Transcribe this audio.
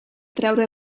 treure